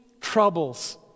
troubles